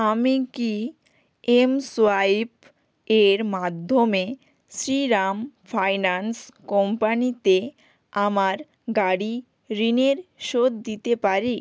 আমি কি এমসোয়াইপ এর মাধ্যমে শ্রীরাম ফাইনান্স কোম্পানিতে আমার গাড়ি ঋণের শোধ দিতে পারি